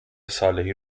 صالحی